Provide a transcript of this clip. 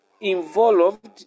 involved